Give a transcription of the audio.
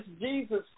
Jesus